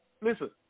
Listen